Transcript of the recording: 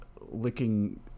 licking